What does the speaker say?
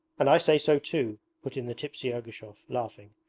and i say so too put in the tipsy ergushov, laughing.